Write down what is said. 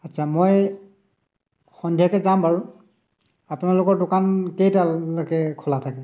আচ্ছা মই সন্ধিয়াকৈ যাম বাৰু আপোনালোকৰ দোকান কেইটালৈকে খোলা থাকে